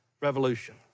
revolution